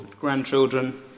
grandchildren